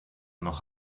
noch